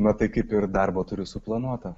na tai kaip ir darbo turiu suplanuota